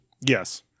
Yes